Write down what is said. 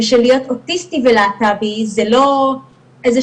ושלהיות אוטיסטי ולהט"בי זה לא איזו